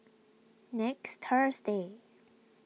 next Thursday